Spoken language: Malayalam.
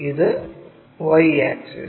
ഇതാണ് Y ആക്സിസ്